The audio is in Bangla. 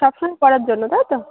সব সময় পরার জন্য তাই তো